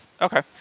Okay